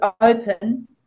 open